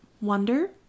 Wonder